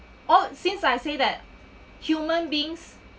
oh since I say that human beings